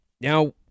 Now